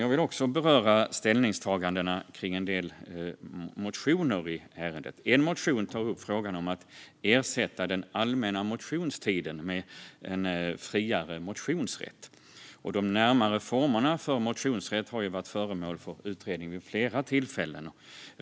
Jag vill också beröra ställningstagandena om en del motioner i ärendet. En motion tar upp frågan om att ersätta den allmänna motionstiden med en friare motionsrätt. De närmare formerna för motionsrätt har varit föremål för utredning vid flera tillfällen.